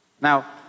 Now